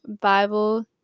Bible